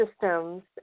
systems